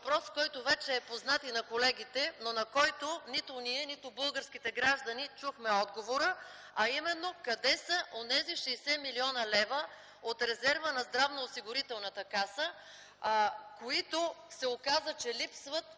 въпрос, който вече е познат и на колегите, но на който нито ние, нито българските граждани чухме отговора, а именно: къде са онези 60 млн. лв. от резерва на Здравноосигурителната каса, които се оказа, че липсват